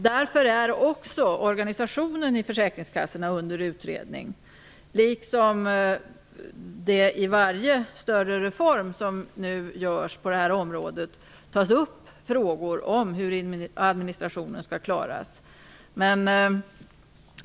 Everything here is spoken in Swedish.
Därför är också organisationen i försäkringskassorna under utredning, och i varje större reform som nu görs på det här området tar man upp frågor om hur administrationen skall klaras.